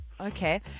Okay